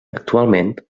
actualment